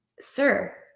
sir